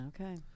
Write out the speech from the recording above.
Okay